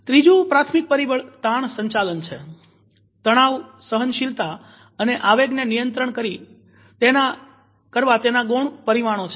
ત્રીજુ પ્રાથમિક પરીબળ તાણ સંચાલન છે તણાવ સહનશીલતા અને આવેગ ને નિયંત્રણ તેના ગૌણ પરિમાણો છે